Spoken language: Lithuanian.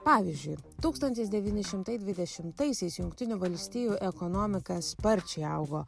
pavyzdžiui tūkstantis devyni šimtai dvidešimtaisiais jungtinių valstijų ekonomika sparčiai augo